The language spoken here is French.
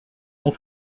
cent